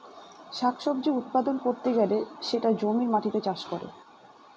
শাক সবজি উৎপাদন করতে গেলে সেটা জমির মাটিতে চাষ করে